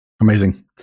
Amazing